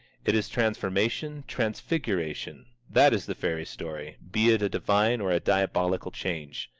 it is transformation, transfiguration, that is the fairy-story, be it a divine or a diabolical change.